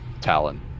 talon